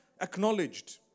acknowledged